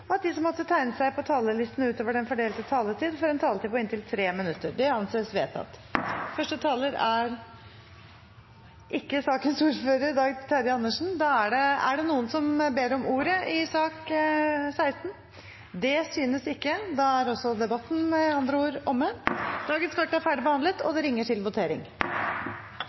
og at de som måtte tegne seg på talerlisten utover den fordelte taletid, får en taletid på inntil 3 minutter. – Det anses vedtatt. Ingen har bedt om ordet til sak nr. 16. Stortinget er da klar til å gå til votering.